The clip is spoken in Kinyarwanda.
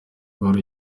wari